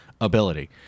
ability